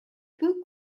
peu